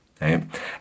right